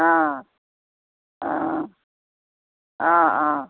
অঁ অঁ অঁ অঁ